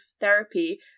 therapy